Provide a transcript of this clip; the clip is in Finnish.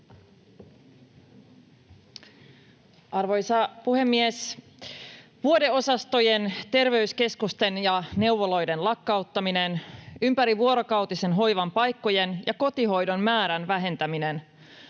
Arvoisa puhemies! Vuodeosastojen, terveyskeskusten ja neuvoloiden lakkauttaminen, ympärivuorokautisen hoivan paikkojen ja kotihoidon määrän vähentäminen,